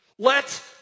Let